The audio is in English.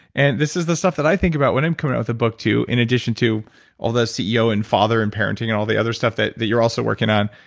and this is the stuff that i think about when i'm coming out with a book, too, in addition to all the ceo and father and parenting and parenting, all the other stuff that that you're also working on.